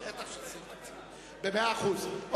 בטח שזה סעיף תקציבי, במאה אחוז.